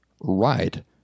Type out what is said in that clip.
right